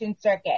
circuit